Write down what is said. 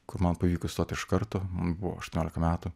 kur man pavyko įstot iš karto buvo aštuoniolika metų